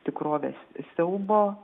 tikrovės siaubo